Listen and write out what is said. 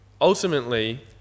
ultimately